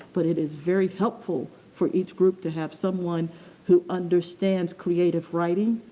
but, it is very helpful for each group to have someone who understands creative writing,